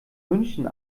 münchen